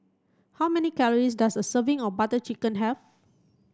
how many calories does a serving of Butter Chicken have